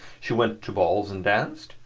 she went to balls and danced,